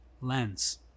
lens